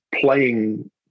playing